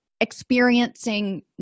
experiencing